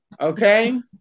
Okay